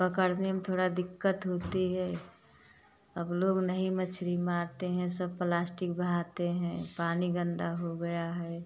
पकड़ने में थोड़ा दिक्कत होती है अब लोग नहीं मछली मारते हैं सब प्लास्टिक बहाते हैं पानी गंदा हो गया है